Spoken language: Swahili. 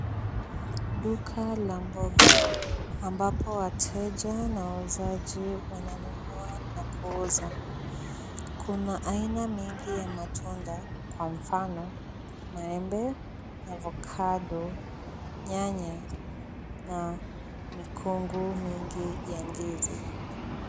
Duka la mboga ambapo wateja na wauzaji wananunua na kuuza kuna aina mengi ya matunda kwa mfano maembe, avokado, nyanya na mikongo mingi ya ndizi.